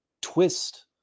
twist